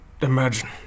imagine